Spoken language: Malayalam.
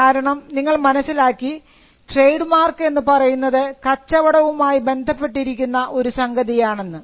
കാരണം നിങ്ങൾ മനസ്സിലാക്കി ട്രേഡ് മാർക്ക് എന്ന് പറയുന്നത് കച്ചവടവുമായി ബന്ധപ്പെട്ടിരിക്കുന്ന ഒരു സംഗതിയാണെന്ന്